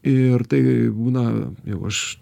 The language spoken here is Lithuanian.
ir tai būna jau aš